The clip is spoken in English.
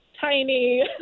tiny